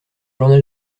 journal